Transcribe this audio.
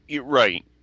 Right